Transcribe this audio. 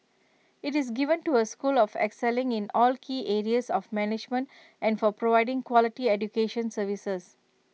IT is given to A school for excelling in all key areas of management and for providing quality education services